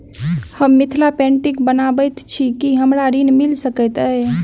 हम मिथिला पेंटिग बनाबैत छी की हमरा ऋण मिल सकैत अई?